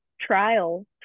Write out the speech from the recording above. trial